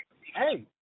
hey